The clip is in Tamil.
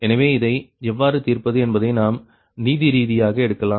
எனவே இதை எவ்வாறு தீர்ப்பது என்பதை நாம் நீதி ரீதியாக எடுக்கலாம்